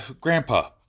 grandpa